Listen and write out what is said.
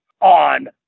on